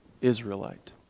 Israelite